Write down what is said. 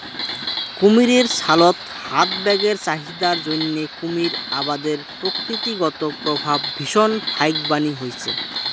কুমীরের ছালত হাত ব্যাগের চাহিদার জইন্যে কুমীর আবাদের প্রকৃতিগত প্রভাব ভীষণ ফাইকবানী হইচে